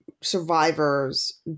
survivors